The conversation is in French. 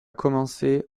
commencé